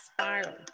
spiral